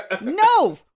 No